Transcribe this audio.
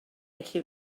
felly